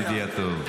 ידידי הטוב.